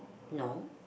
no